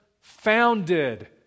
founded